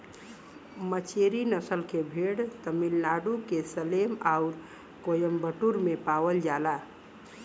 मचेरी नसल के भेड़ तमिलनाडु के सेलम आउर कोयम्बटूर में पावल जाला